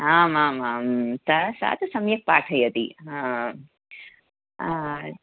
आमाम् आं त सः तु सम्यक् पाठयति